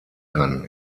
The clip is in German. kann